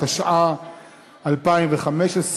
התשע"ה 2015,